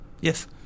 Yes